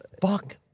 Fuck